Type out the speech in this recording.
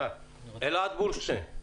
אלעד בורשטיין,